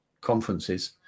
conferences